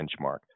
benchmark